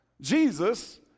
jesus